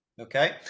okay